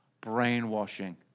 brainwashing